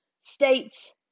states